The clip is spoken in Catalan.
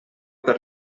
per